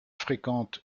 fréquente